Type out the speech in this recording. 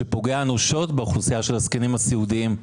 שפוגע אנושות באוכלוסייה של הזקנים הסיעודיים.